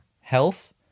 health